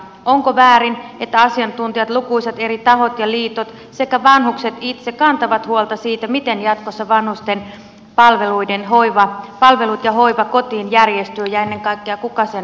onko väärin että asiantuntijat lukuisat eri tahot ja liitot sekä vanhukset itse kantavat huolta siitä miten jatkossa vanhusten palvelut ja hoiva kotiin järjestyvät ja ennen kaikkea kuka sen maksaa